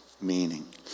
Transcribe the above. meaning